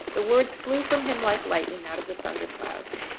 the words flew from him like lightning out of the thunder-clouds.